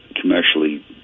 commercially